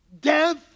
death